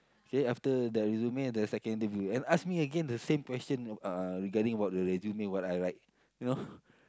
say after the resume the second interview and ask me again the same question you know uh regarding about the resume what I write you know